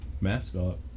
Mascot